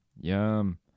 Yum